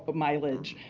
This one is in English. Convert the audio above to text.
but mileage,